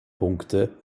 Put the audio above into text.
punkte